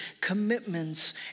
commitments